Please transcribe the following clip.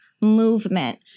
movement